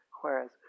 whereas